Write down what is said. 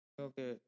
okay